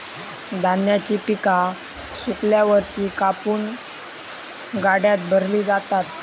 धान्याची पिका सुकल्यावर ती कापून गाड्यात भरली जातात